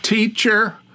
Teacher